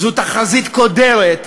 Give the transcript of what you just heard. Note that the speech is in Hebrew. זו תחזית קודרת.